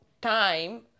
time